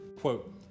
quote